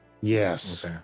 Yes